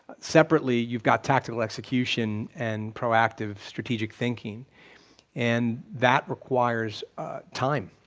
separately, you've got tactical execution and proactive strategic thinking and that requires time.